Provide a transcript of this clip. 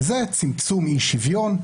וצמצום אי-שוויון,